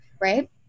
right